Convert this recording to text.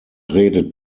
redet